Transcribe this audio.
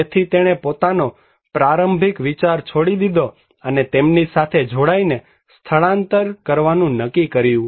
તેથી તેણે પોતાનો પ્રારંભિક વિચાર છોડી દીધો અને તેમની સાથે જોડાઈને સ્થળાંતર કરવાનું શરૂ કર્યું